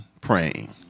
praying